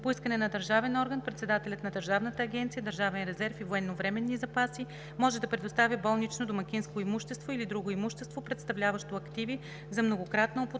По искане на държавен орган председателят на Държавната агенция „Държавен резерв и военновременни запаси“ може да предоставя болнично-домакинско имущество или друго имущество, представляващо активи за многократна употреба,